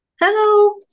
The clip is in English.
Hello